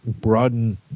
broaden